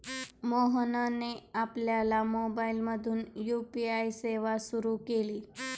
मोहनने आपल्या मोबाइलमधून यू.पी.आय सेवा सुरू केली